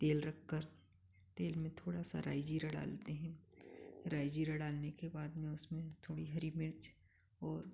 तेल रखकर तेल में थोड़ा सा राई ज़ीरा डालते हैं राई ज़ीरा डालने के बाद में उसमें थोड़ी हरी मिर्च और